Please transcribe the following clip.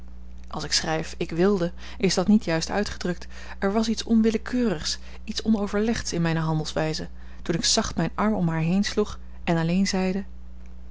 als ik schrijf ik wilde is dat niet juist uitgedrukt er was iets onwillekeurigs iets onoverlegds in mijne handelwijze toen ik zacht mijn arm om haar heen sloeg en alleen zeide